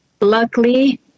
Luckily